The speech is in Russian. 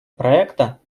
проекта